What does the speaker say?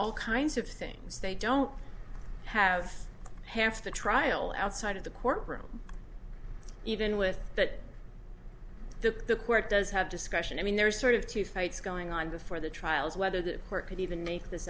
all kinds of things they don't have half the trial outside of the courtroom even with that the court does have discretion i mean there's sort of two fights going on before the trials whether the court could even make this